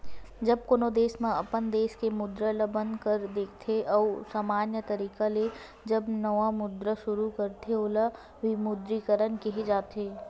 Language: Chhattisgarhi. जब कोनो देस अपन देस के मुद्रा ल बंद कर देथे अउ समान्य तरिका ले जब नवा मुद्रा सुरू करथे ओला विमुद्रीकरन केहे जाथे